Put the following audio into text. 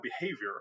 behavior